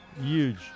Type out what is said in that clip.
Huge